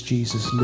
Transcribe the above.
Jesus